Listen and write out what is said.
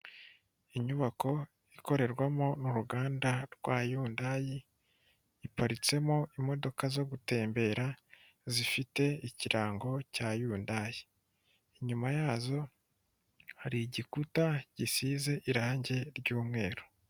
Inyubako ikorerwamo uruganda rwa yundayi, iparitsemo imodoka zo gutembera zifite ikirango cya yundayi ,inyuma yazo hari igikuta gisize irangi ry'umweru.